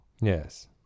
yes